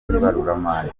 n’ibaruramari